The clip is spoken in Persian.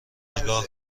نگاه